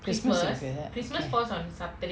christmas இருக்கு:iruku ah